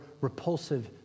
repulsive